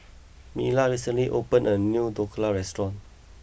Mila recently opened a new Dhokla restaurant